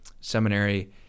seminary